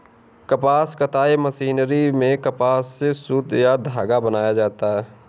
कपास कताई मशीनरी में कपास से सुत या धागा बनाया जाता है